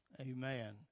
Amen